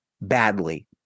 badly